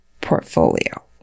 portfolio